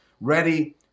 ready